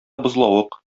бозлавык